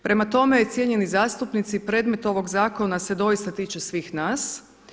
Prema tome, cijenjeni zastupnici, predmet ovog zakona se doista tiče svih nas.